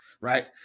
right